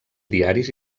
diaris